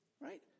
Right